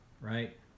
right